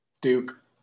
Duke